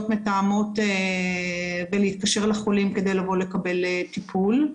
מתאמות ולהתקשר לחולים כדי לבוא לקבל טיפול.